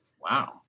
wow